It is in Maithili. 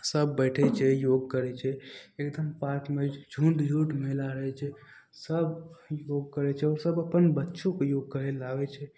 सब बैठय छै योग करय छै एखन पार्कमे झुण्ड झुण्ड महिला रहय छै सब योग करय छै ओ सब अपन बच्चोके योग करय लए आबय छै